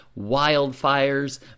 wildfires